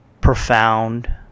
profound